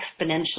exponentially